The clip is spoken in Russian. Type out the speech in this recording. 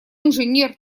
инженер